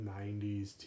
90s